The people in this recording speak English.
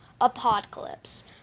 Apocalypse